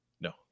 No